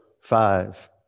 five